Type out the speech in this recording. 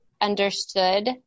understood